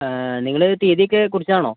നിങ്ങൾ തീയതി ഒക്കെ കുറിച്ചതാണോ